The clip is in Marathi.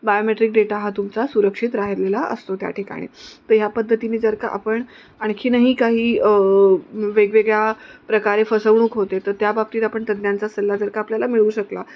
बायोमेट्रिक डेटा हा तुमचा सुरक्षित राहिलेला असतो त्या ठिकाणी तर ह्या पद्धतीने जर का आपण आणखीनही काही वेगवेगळ्या प्रकारे फसवणूक होते तर त्याबाबतीत आपण तज्ज्ञांचा सल्ला जर का आपल्याला मिळू शकला